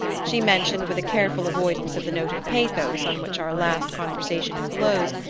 she mentioned, with a careful avoidance of the note of pathos on which our last conversation had closed,